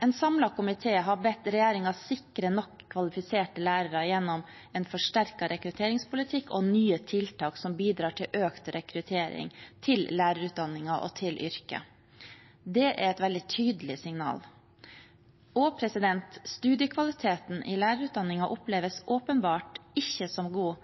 En samlet komité har bedt regjeringen sikre nok kvalifiserte lærere gjennom en forsterket rekrutteringspolitikk og nye tiltak som bidrar til økt rekruttering til lærerutdanningen og til yrket. Det er et veldig tydelig signal. Studiekvaliteten i lærerutdanningen oppleves åpenbart ikke som god